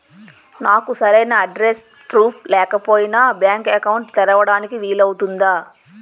నాకు సరైన address proof లేకపోయినా బ్యాంక్ అకౌంట్ తెరవడానికి వీలవుతుందా?